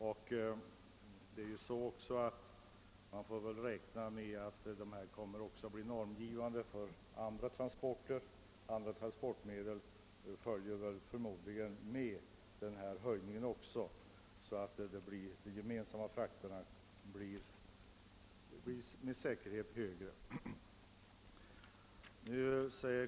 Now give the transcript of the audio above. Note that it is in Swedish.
Man får väl också räkna med att dessa fraktavgifter kommer att vara normgivande för andra transportmedel; de följer förmodligen med i denna höjning, så att fraktkostnaderna i allmänhet blir högre.